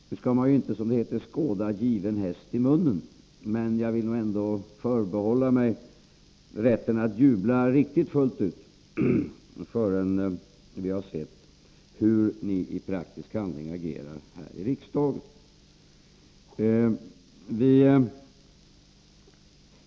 Nu skall man inte, som det heter, skåda given häst i munnen, men jag vill ändå förbehålla mig rätten att inte jubla riktigt fullt ut förrän vi har sett hur ni i praktisk handling agerar här i riksdagen.